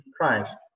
Christ